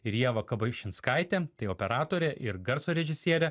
ir ieva kabašinskaitė operatorė ir garso režisierė